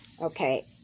okay